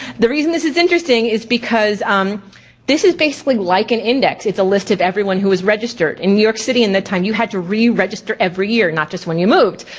the reason this is interesting is because um this is basically like an index. it's a list of everyone who was registered in new york city and that time you had to re-register every year, not just when you moved.